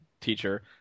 teacher